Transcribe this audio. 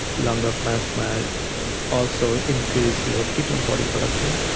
longer fasts might also increase your ketone body production,